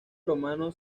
romano